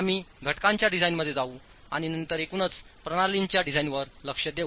आम्ही घटकांच्या डिझाइनमध्ये जाऊ आणि नंतर एकूणच प्रणालींच्या डिझाइनवर लक्ष देऊ